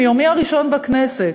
מיומי הראשון בכנסת,